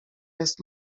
jest